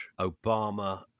Obama